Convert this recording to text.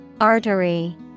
Artery